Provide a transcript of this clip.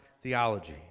theology